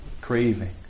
craving